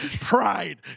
Pride